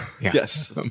Yes